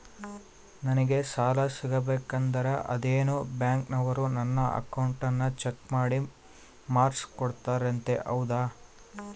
ನಂಗೆ ಸಾಲ ಸಿಗಬೇಕಂದರ ಅದೇನೋ ಬ್ಯಾಂಕನವರು ನನ್ನ ಅಕೌಂಟನ್ನ ಚೆಕ್ ಮಾಡಿ ಮಾರ್ಕ್ಸ್ ಕೊಡ್ತಾರಂತೆ ಹೌದಾ?